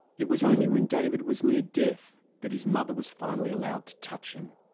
it was only when david was near death that his mother was finally allowed to touch him.